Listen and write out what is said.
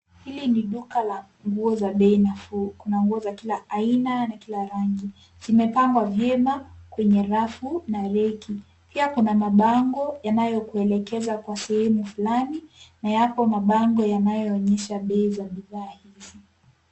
Hili ni duka la nguo za bei nafuu. Kuna nguo za kila aina na kila rangi. Zimepangwa vyema kwenye rafu na reki pia kuna mabango yanayo kuelekeza kwa sehemu flani na yapo mabango yanayoonyesha bei za bidhaa hizi.